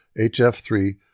HF3